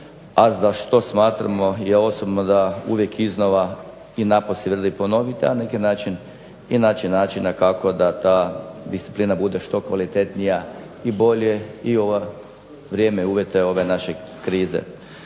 za što smatramo i ja osobno da uvijek iznova i napose vrijedi ponovit i naći načina kako da ta disciplina bude što kvalitetnija i bolja i vrijeme uvjete ove naše krize.